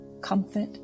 comfort